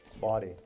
body